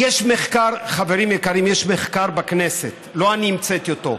חברים יקרים, יש מחקר בכנסת, לא אני המצאתי אותו,